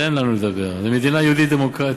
תן לנו לדבר, אני במדינה יהודית דמוקרטית.